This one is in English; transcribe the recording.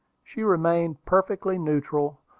she remained perfectly neutral,